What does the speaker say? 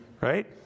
Right